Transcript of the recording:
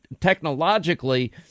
technologically